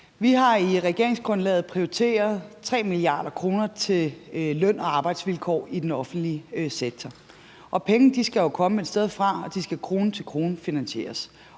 Vi har i regeringsgrundlaget prioriteret 3 mia. kr. til løn- og arbejdsvilkår i den offentlige sektor, og pengene skal jo komme et sted fra, og de skal finansieres